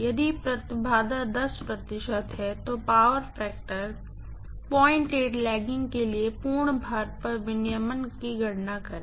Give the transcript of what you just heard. यदि इम्पीडेन्स 10 प्रतिशत है तो पावर फैक्टर लैगिंग के लिए पूर्ण भार पर रेगुलेशन की गणना करें